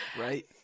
right